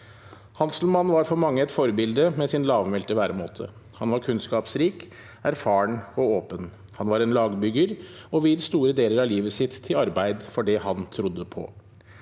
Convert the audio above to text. Hanselmann var for mange et forbilde med sin lavmælte væremåte. Han var kunnskapsrik, erfaren og åpen. Han var en lagbygger og viet store deler av livet sitt til arbeid for det han trodde på.